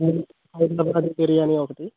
హైదరాబాదీ బిర్యానీ ఒక్కటీ